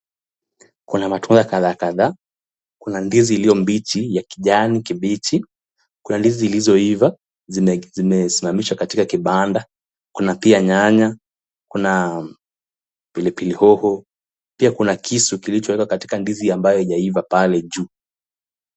Kuna matunda kadhaa, kuna ndizi iliyo mbichi ya kijani kibichi, kuna ndizi zilizoiva zimesimamishwa katika kibanda, kuna pia nyanya, pilipili hoho, pia kuna kisu kilichowekwa katika ndizi ambaye hijabs pale juu.